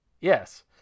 yes